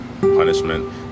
punishment